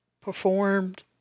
Performed